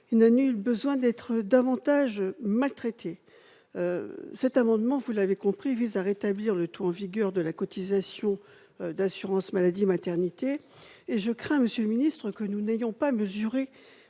et n'a nul besoin d'être davantage maltraitée. Cet amendement, vous l'avez compris, vise à rétablir le taux en vigueur de la cotisation d'assurance maladie et maternité. Je crains, monsieur ministre, que nous n'ayons pas mesuré